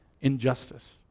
injustice